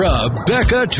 Rebecca